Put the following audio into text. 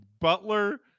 butler